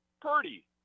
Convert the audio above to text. Purdy